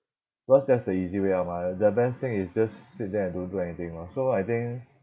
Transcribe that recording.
because that's the easy way out mah the best thing is just sit there and don't do anything lor so I think